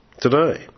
today